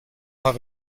have